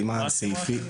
שלום.